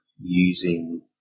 using